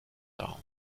town